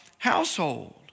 household